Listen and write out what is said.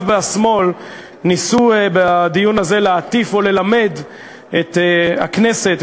מהשמאל ניסו בדיון הזה להטיף או ללמד את הכנסת,